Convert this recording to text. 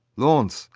launce,